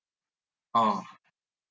orh